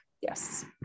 Yes